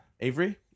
Avery